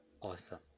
Awesome